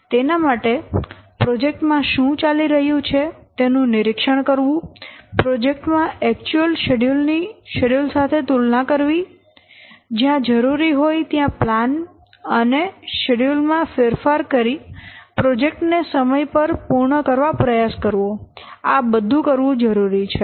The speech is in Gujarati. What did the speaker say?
તેના માટે પ્રોજેક્ટ માં શું ચાલી રહ્યું છે તેનું નિરીક્ષણ કરવું પ્રોજેક્ટ માં એક્ચ્યુઅલ શેડ્યુલ ની શેડ્યુલ સાથે તુલના કરવી જ્યાં જરૂરી હોય ત્યાં પ્લાન અને શેડ્યુલ માં ફેરફાર કરી પ્રોજેક્ટ ને સમય પર પૂર્ણ કરવા પ્રયાસ કરવો આ બધું કરવું જરૂરી છે